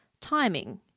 timing